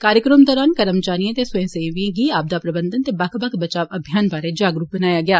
कार्यक्रम दरान कर्मचारिए ते स्वय सेविए गी आपदा प्रबंधन ते बक्ख बक्ख बचाव अभियान बारे जागरूक बनाया गेआ